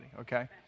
okay